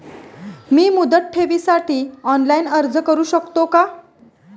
मी मुदत ठेवीसाठी ऑनलाइन अर्ज करू शकतो का?